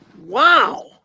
wow